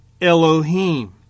Elohim